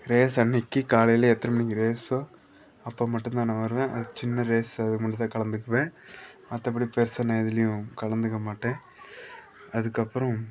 race அன்னைக்கி காலையில் எத்தனை மணிக்கு ரேஸோ அப்போ மட்டுந்தான் நான் வருவேன் அது சின்ன ரேஸ் அது மட்டுந்தான் கலந்துக்குவேன் மற்றபடி பெருசாக நான் எதுலேயும் கலந்துக்க மாட்டேன் அதுக்கப்புறம்